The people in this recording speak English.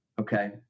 okay